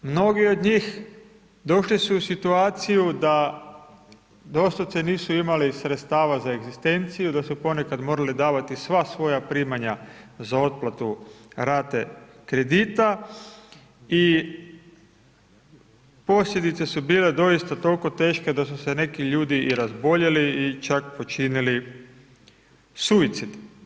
Mnogi od njih došli su u situaciju da doslovce nisu imali sredstava za egzistenciju, da su ponekad morali davati sva svoja primanja za otplatu rate kredita i posljedice su bile doista toliko teške da su se neki ljudi i razboljeli i čak počinili suicid.